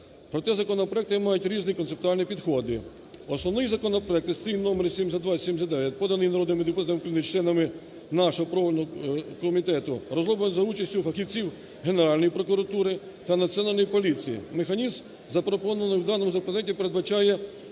Проте, законопроекти мають різні концептуальні підходи. Основний законопроект, реєстраційний номер 7279, поданий народними депутатами членами нашого профільного комітету, розроблений за участю фахівців Генеральної прокуратури та Національної поліції. Механізм, запропонований в даному законопроекті, передбачає